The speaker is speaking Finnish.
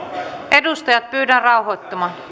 edustajat pyydän rauhoittumaan